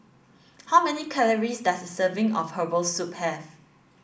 how many calories does a serving of herbal soup have